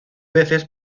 veces